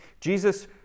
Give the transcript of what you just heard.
Jesus